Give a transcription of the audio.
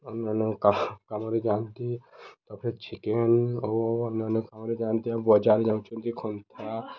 ଅନ୍ୟାନ୍ୟ କା କାମରେ ଯାଆନ୍ତି ତା'ପରେ ଚିକେନ୍ ଓ ଅନ୍ୟାନ୍ୟ କାମରେ ଯାଆନ୍ତି ଆଉ ବଜାର ଯାଉଛନ୍ତି ଖନ୍ଥା